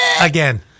Again